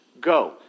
Go